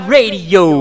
Radio